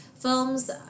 films